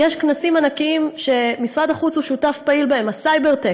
יש כנסים ענקיים שמשרד החוץ הוא שותף פעיל בהם: "סייברטק",